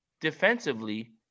defensively